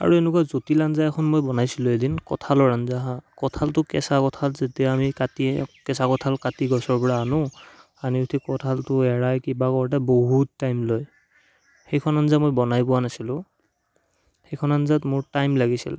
আৰু এনেকুৱা জটিল আঞ্জা এখন মই বনাইছিলোঁ এদিন কঁঠালৰ আঞ্জা হা কঁঠালটো কেঁচা কঁঠাল যেতিয়া আমি কাটি কেঁচা কঁঠাল কাতি গছৰ পৰা আনো আনি উঠি কঁঠালটো এৰাই কিবা কৰোঁতে বহুত টাইম লয় সেইখন আঞ্জা মই বনাই পোৱা নাছিলো সেইখন আঞ্জাত মোৰ টাইম লাগিছিল